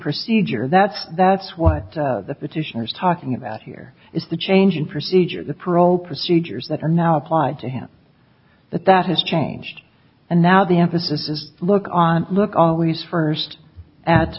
procedure that's that's what the petitioners talking about here is the change in procedure the parole procedures that are now applied to him that that has changed and now the emphasis is look on look always first at